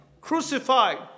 crucified